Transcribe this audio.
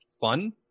fun